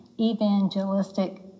evangelistic